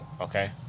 Okay